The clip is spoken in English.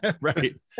Right